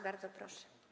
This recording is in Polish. Bardzo proszę.